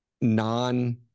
non